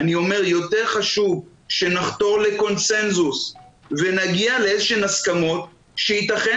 אני אומר שיותר חשוב שנחתור לקונצנזוס ונגיע לאיזה שהן הסכמות שייתכן